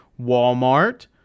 Walmart